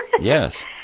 Yes